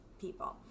people